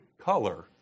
color